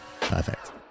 perfect